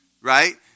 right